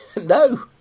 No